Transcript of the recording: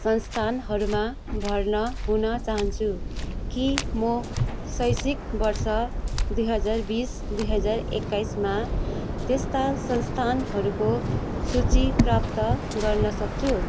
संस्थानहरूमा भर्ना हुन चाहन्छु के म शैक्षिक वर्ष दुई हजार बिस दुई हजार एक्काइसमा त्यस्ता संस्थानहरूको सूची प्राप्त गर्नसक्छु